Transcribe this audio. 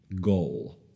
goal